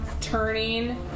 turning